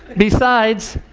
besides,